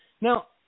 Now